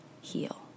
heal